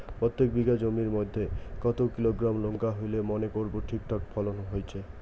প্রত্যেক বিঘা জমির মইধ্যে কতো কিলোগ্রাম লঙ্কা হইলে মনে করব ঠিকঠাক ফলন হইছে?